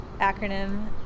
acronym